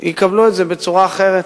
יקבלו את זה בצורה אחרת.